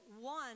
one